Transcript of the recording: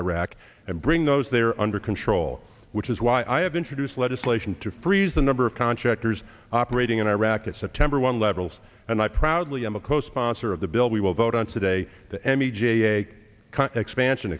iraq and bring those they're under control which is why i have introduced legislation to freeze the number of contractors operating in iraq at september one levels and i proudly am a co sponsor of the bill we will vote on today the m e j expansion